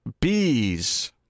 Bees